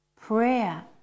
Prayer